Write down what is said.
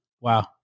Wow